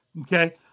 Okay